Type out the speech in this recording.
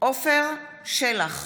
עפר שלח,